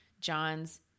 John's